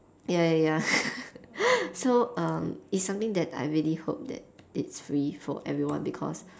ya ya ya so um it's something that I really hope that it's free for everyone because